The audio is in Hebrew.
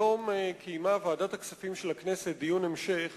היום קיימה ועדת הכספים של הכנסת דיון המשך